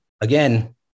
again